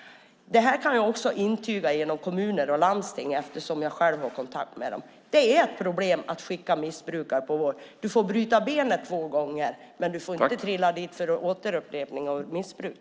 Det kan jag intyga med stöd av de kommuner och landsting som jag har kontakt med. Det är svårt att skicka missbrukare till vård. Man får bryta benet två gånger, men man får inte återfalla i missbruk.